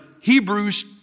Hebrews